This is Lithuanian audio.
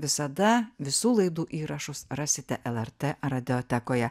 visada visų laidų įrašus rasite lrt radiotekoje